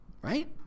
right